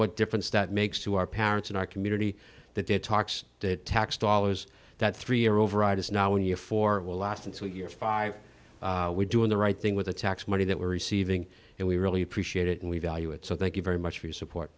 what difference that makes to our parents in our community that it talks to tax dollars that three year override is now in year four will last and so year five we're doing the right thing with the tax money that we're receiving and we really appreciate it and we value it so thank you very much for your support